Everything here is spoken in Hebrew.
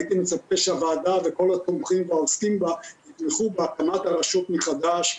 הייתי מצפה שהוועדה וכל העוסקים בנושא יתמכו בהקמת הרשות מחדש,